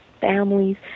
families